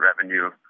revenue